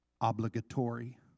obligatory